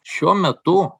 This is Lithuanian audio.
šiuo metu